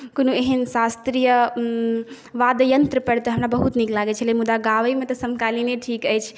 कोनो एहन शास्त्रीय वाद्य यन्त्रपर तऽ हमरा बहुत नीक लागै छलै मुदा गाबैमे तऽ समकालीने ठीक अछि